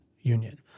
Union